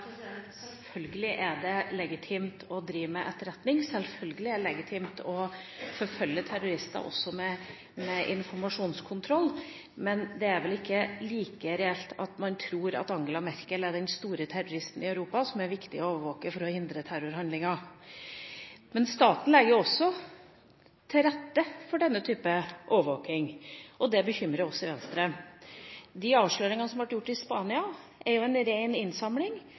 legitimt å drive med etterretning. Selvfølgelig er det legitimt å forfølge terrorister også med informasjonskontroll. Men det er vel ikke like reelt å tro at Angela Merkel er den store terroristen i Europa som det er viktig å overvåke for å hindre terrorhandlinger. Staten legger til rette for også denne type overvåking, og det bekymrer oss i Venstre. De avsløringene som ble gjort i Spania, viser en ren innsamling